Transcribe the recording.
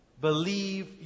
believe